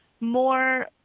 more